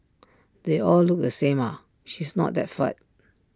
they all look the same ah she's not that fat